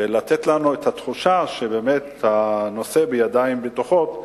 לתת לנו את התחושה שבאמת הנושא בידיים בטוחות.